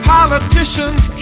Politicians